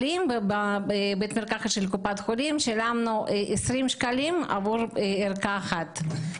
ובבית המרקחת של קופת חולים שילמנו 20 שקלים עבור ערכה אחת.